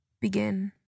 begin